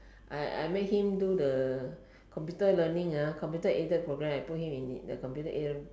I I make him do the computer learning ah computer aided program i put him in the computer aided